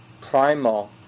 primal